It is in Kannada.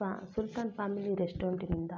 ಫ್ಯಾ ಫುಲ್ಕನ್ ಫ್ಯಾಮಿಲಿ ರೆಸ್ಟೋರೆಂಟಿನಿಂದ